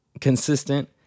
consistent